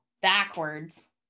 backwards